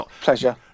Pleasure